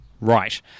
right